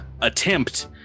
attempt